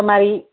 મારી